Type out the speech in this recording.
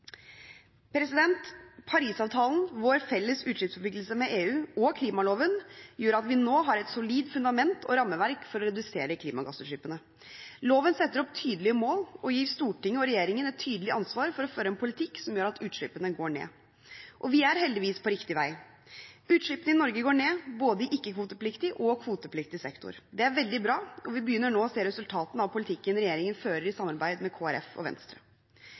vår felles utslippsforpliktelse med EU, og klimaloven gjør at vi nå har et solid fundament og rammeverk for å redusere klimagassutslippene. Loven setter opp tydelige mål og gir Stortinget og regjeringen et tydelig ansvar for å føre en politikk som gjør at utslippene går ned. Og vi er heldigvis på riktig vei. Utslippene i Norge går ned, i både ikke-kvotepliktig sektor og kvotepliktig sektor. Det er veldig bra, og vi begynner nå å se resultatene av politikken regjeringen fører i samarbeid med Kristelig Folkeparti og Venstre.